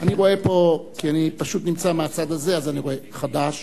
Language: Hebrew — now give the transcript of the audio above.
אני רואה פה, כי אני פשוט נמצא בצד הזה, את חד"ש